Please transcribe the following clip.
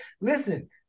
Listen